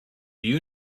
you